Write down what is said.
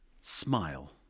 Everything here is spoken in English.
smile